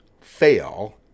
fail